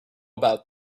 about